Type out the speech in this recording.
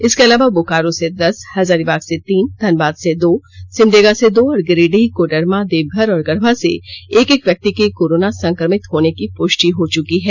इसके अलावा बोकारो से दस हजारीबाग से तीन धनबाद से दो सिमडेगा से दो और गिरिडीह कोडरमा देवघर और गढ़वा से एक एक व्यक्ति के कोरोना संक्रमित होने की पुष्टि हो चुकी है